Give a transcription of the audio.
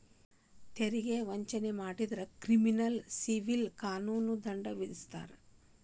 ತೆರಿಗೆ ವಂಚನೆ ಮಾಡಿದ್ರ ಕ್ರಿಮಿನಲ್ ಸಿವಿಲ್ ಕಾನೂನು ದಂಡ ವಿಧಿಸ್ತಾರ